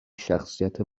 شخصیت